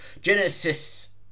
Genesis